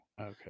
Okay